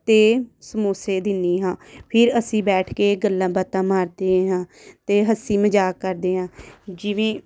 ਅਤੇ ਸਮੋਸੇ ਦਿੰਦੀ ਹਾਂ ਫਿਰ ਅਸੀਂ ਬੈਠ ਕੇ ਗੱਲਾਂ ਬਾਤਾਂ ਮਾਰਦੇ ਹਾਂ ਅਤੇ ਹਸੀ ਮਜ਼ਾਕ ਕਰਦੇ ਹਾਂ ਜਿਵੇਂ